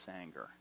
anger